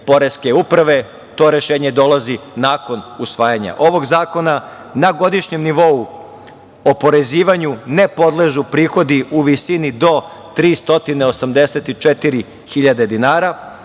to rešenje dolazi nakon usvajanja ovog zakona, na godišnjem nivou oporezivanju ne podležu prihodi u visini do 384.000 dinara.